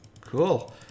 Cool